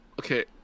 okay